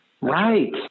right